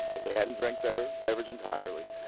if they hadn't drink their beverage entirely,